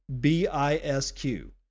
B-I-S-Q